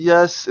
Yes